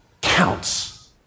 counts